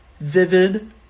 Vivid